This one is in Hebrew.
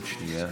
רק שנייה,